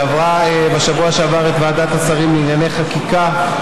שעברה בשבוע שעבר את ועדת השרים לענייני חקיקה.